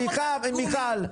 סליחה, מיכל.